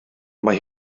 mae